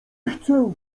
chcę